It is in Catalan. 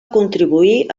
contribuir